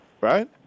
right